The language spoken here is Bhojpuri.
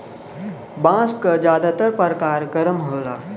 बांस क जादातर परकार गर्म होला